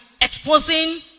exposing